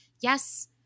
yes